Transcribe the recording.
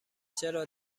چرا